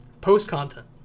post-content